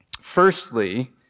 Firstly